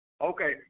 Okay